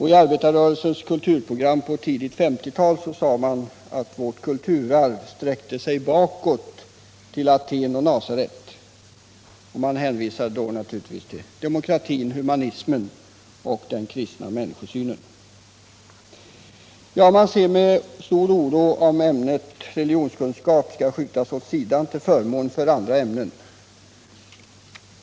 I arbetarrörelsens kulturprogram på det tidiga 1950-talet sade man att vårt kulturarv sträckte sig bakåt till Aten och Nasaret. Man syftade då på demokratin, humanismen och den kristna människosynen. 75 Det vore mycket olyckligt om ämnet religionskunskap skulle skjutas åt sidan till förmån för andra ämnen.